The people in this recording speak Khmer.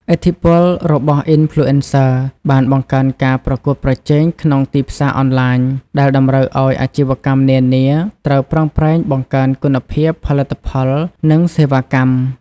ឥទ្ធិពលរបស់ អុីនផ្លូអេនសឹ បានបង្កើនការប្រកួតប្រជែងក្នុងទីផ្សារអនឡាញ ដែលតម្រូវឲ្យអាជីវកម្មនានាត្រូវប្រឹងប្រែងបង្កើនគុណភាពផលិតផល និងសេវាកម្ម។